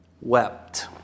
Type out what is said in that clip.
wept